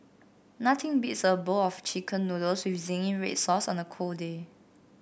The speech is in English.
nothing beats a bowl of chicken noodles with zingy red sauce on a cold day